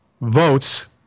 votes